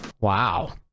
Wow